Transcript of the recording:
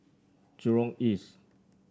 Jurong East